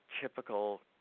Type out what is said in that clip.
typical